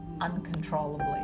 uncontrollably